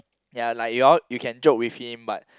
ya like you all you can joke with him but